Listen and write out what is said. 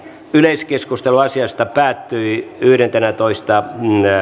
yleiskeskustelu asiasta päättyi yhdestoista yhdettätoista